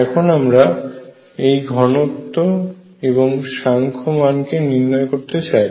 এখন আমরা এই ঘনত্ব এর সাংখ্যমান কে নির্ণয় করতে চাই